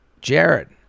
Jared